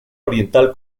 oriental